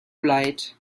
light